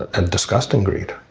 a disgusting greed.